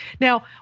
Now